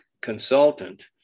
consultant